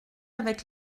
avec